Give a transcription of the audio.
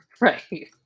right